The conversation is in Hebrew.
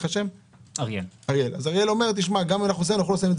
אריאל הבר אומר: אנחנו לא שמים את